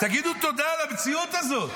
תגידו תודה על המציאות הזו.